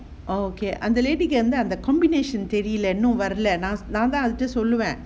orh okay அந்த:antha line ஏத்த அந்த:yetha antha the combination தெரில இன்னு வரல நான்தான்:therila innu varala naan thaan actually சொல்லுவேன்:solluven